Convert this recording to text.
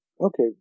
Okay